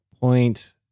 point